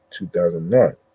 2009